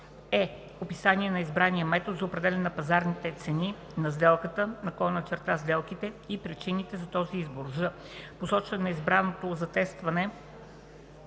е) описание на избрания метод за определяне на пазарните цени на сделката/сделките и причините за този избор; ж) посочване на избраното за тествана